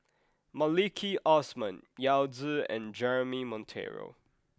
Maliki Osman Yao Zi and Jeremy Monteiro